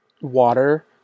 water